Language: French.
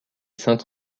saint